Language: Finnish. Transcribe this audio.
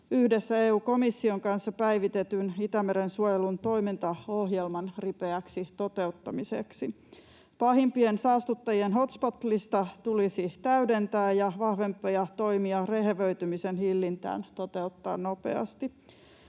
yhdessä EU-komission kanssa päivitetyn Itämeren suojelun toimintaohjelman ripeäksi toteuttamiseksi. Pahimpien saastuttajien hotspot-listaa tulisi täydentää ja vahvempia toimia rehevöitymisen hillintään toteuttaa nopeasti.